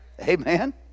Amen